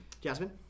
Jasmine